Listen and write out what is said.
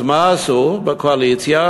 אז מה עשו בקואליציה?